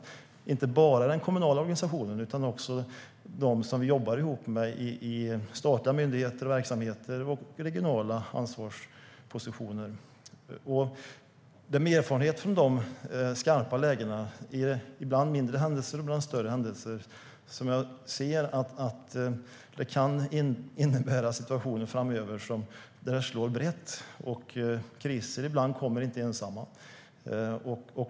Det gäller inte bara den kommunala organisationen utan också dem som jobbar inom statliga myndigheter och verksamheter samt regionala ansvarspositioner. Med min erfarenhet från skarpa lägen - ibland mindre och ibland större händelser - ser jag att det kan innebära en situation framöver där det slår brett. Kriser kommer ibland inte ensamma.